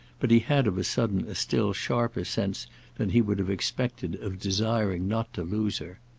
but he had of a sudden a still sharper sense than he would have expected of desiring not to lose her.